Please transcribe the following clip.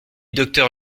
docteur